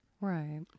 right